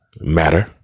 matter